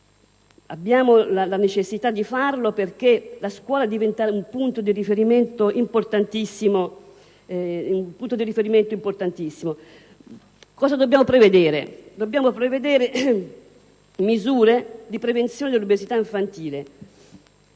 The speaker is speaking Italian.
abbiamo la necessità di farlo perché la scuola diventa un punto di riferimento importantissimo. Dobbiamo prevedere misure di prevenzione dell'obesità infantile: